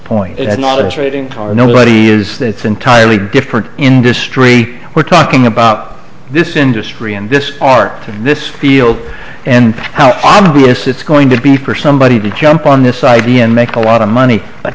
point and not a trade in tar nobody is that it's entirely different industry we're talking about this industry and this art this field and how obvious it's going to be percent body to jump on this idea and make a lot of money